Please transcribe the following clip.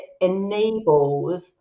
enables